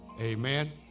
Amen